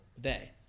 day